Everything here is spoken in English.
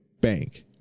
bank